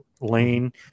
lane